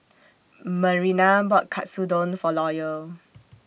Marina bought Katsudon For Loyal